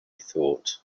thought